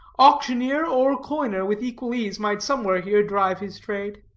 auctioneer or coiner, with equal ease, might somewhere here drive his trade.